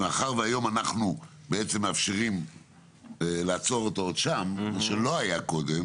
מאחר שהיום אנחנו מאפשרים לעצור אותו שם מה שלא היה קודם